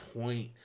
point